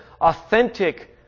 authentic